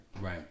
Right